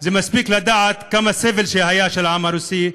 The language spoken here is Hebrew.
זה מספיק לדעת כמה סבל היה לעם הרוסי,